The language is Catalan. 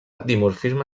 dimorfisme